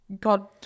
God